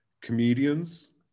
comedians